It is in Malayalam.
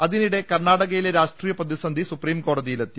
അതിനിടെ കർണാടകയിലെ രാഷ്ട്രീയ പ്രതിസന്ധി സുപ്രീംകോ ടതിയിലെത്തി